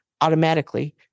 automatically